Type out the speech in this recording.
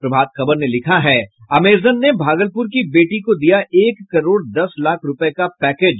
प्रभात खबर ने लिखा है अमेजन ने भागलपुर की बेटी को दिया एक करोड़ दस लाख रूपये का पैकेज